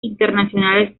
internacionales